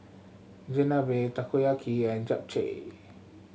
Chigenabe Takoyaki and Japchae